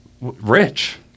rich